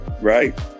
Right